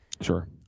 Sure